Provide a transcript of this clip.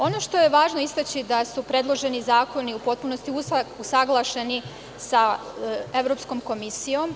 Ono što je važno istaći je da su predloženi zakoni u potpunosti usaglašeni sa Evropskom komisijom.